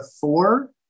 four